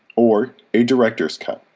or a director's cut.